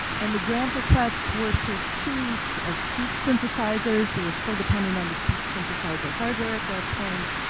and the grant requests were for two each of speech synthesizers, we were still dependent on the speech synthesizer hardware at that point,